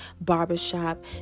barbershop